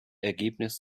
ergebnis